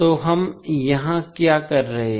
तो हम यहां क्या कर रहे हैं